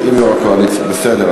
אם יושב-ראש הקואליציה, בסדר.